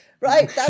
Right